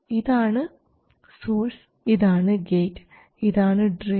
ഇതാണ് സോഴ്സ് ഇതാണ് ഗേറ്റ് ഇതാണ് ഡ്രെയിൻ